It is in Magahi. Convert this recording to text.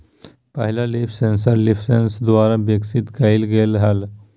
पहला लीफ सेंसर लीफसेंस द्वारा विकसित कइल गेलय हल